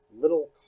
little